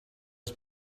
was